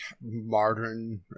modern